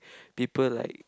people like